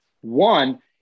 One